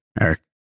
Eric